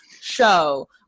show